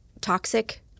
toxic